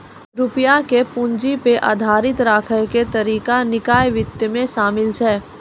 रुपया के पूंजी पे आधारित राखै के तरीका निकाय वित्त मे शामिल छै